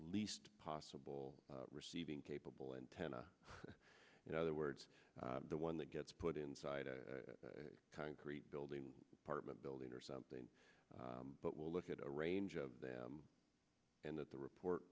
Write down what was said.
least possible receiving capable antenna the other words the one that gets put inside a concrete building apartment building or something but will look at a range of them and that the report